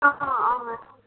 अँ अँ